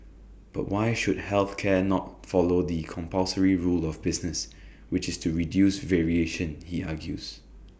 but why should health care not follow the compulsory rule of business which is to reduce variation he argues